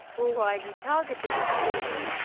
or why he targeted the school.